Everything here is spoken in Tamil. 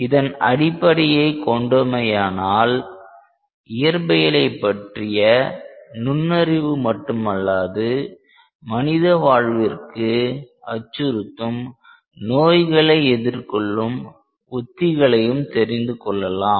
இதன் அடிப்படையை கொண்டோமேயானால் இயற்பியலை பற்றிய நுண்ணறிவு மட்டுமல்லாது மனித வாழ்விற்கு அச்சுறுத்தும் நோய்களை எதிர்கொள்ளும் உத்திகளையும் தெரிந்துகொள்ளலாம்